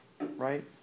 right